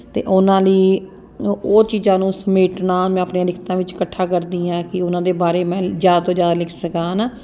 ਅਤੇ ਉਹਨਾਂ ਲਈ ਉਹ ਉਹ ਚੀਜ਼ਾਂ ਨੂੰ ਸਮੇਟਣਾ ਮੈਂ ਆਪਣੀਆਂ ਲਿਖਤਾਂ ਵਿੱਚ ਇਕੱਠਾ ਕਰਦੀ ਹਾਂ ਕਿ ਉਹਨਾਂ ਦੇ ਬਾਰੇ ਮੈਂ ਜ਼ਿਆਦਾ ਤੋਂ ਜ਼ਿਆਦਾ ਲਿਖ ਸਕਾਂ ਹੈ ਨਾ